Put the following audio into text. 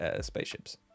spaceships